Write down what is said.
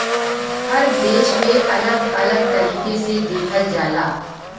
हर देश में अलग अलग तरीके से देखल जाला